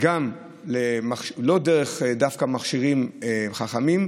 גם לא דווקא דרך מכשירים חכמים,